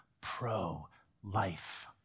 pro-life